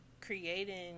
creating